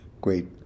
great